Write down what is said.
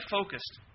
focused